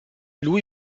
lui